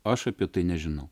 aš apie tai nežinau